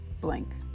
blank